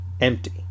empty